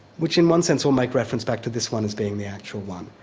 which in one sense will make reference back to this one as being the actual one.